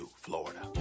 Florida